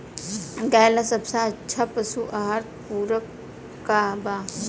गाय ला सबसे अच्छा पशु आहार पूरक का बा?